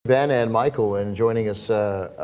then and michael and joining us